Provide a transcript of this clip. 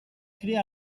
crea